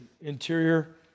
interior